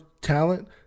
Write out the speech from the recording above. talent